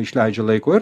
išleidžia laiko ir